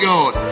God